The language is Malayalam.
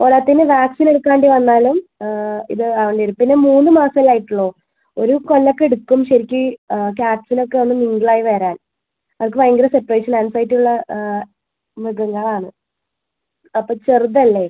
പോരാത്തതിന് വാക്സിൻ എടുക്കാണ്ട് വന്നാലും ഇത് ആ വരും പിന്നെ മൂന്ന് മാസമല്ലേ ആയിട്ടുള്ളൂ ഒരു കൊല്ലമൊക്കെ എടുക്കും ശരിക്ക് ക്യാറ്റ്സിനൊക്കെ ഒന്ന് മിംഗിൾ ആയി വരാൻ അതൊക്കെ ഭയങ്കര സെപ്പറേഷൻ ആംഗ്സൈറ്റി ഉള്ള മൃഗങ്ങളാണ് അപ്പോൾ ചെറുതല്ലേ